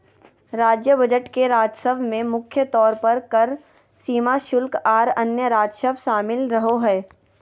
राज्य बजट के राजस्व में मुख्य तौर पर कर, सीमा शुल्क, आर अन्य राजस्व शामिल रहो हय